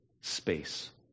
space